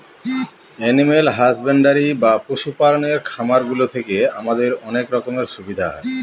animal husbandry বা পশু পালনের খামার গুলো থেকে আমাদের অনেক রকমের সুবিধা হয়